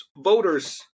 Voters